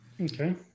Okay